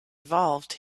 evolved